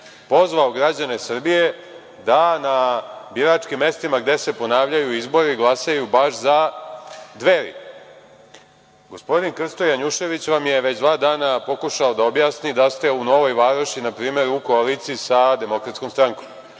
pozvao građane Srbije da na biračkim mestima, gde se ponavljaju izbori, glasaju baš za Dveri. Gospodin Krsto Janušević vam je već dana pokušavao da objasni da ste u Novoj Varoši npr. u koaliciji sa DS. Tako da